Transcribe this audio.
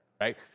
right